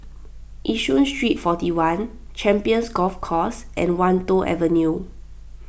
Yishun Street forty one Champions Golf Course and Wan Tho Avenue